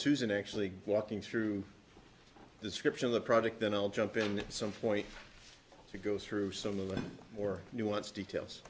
susan actually walking through description of the product then i'll jump in at some point to go through some of the more nuance details